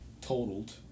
totaled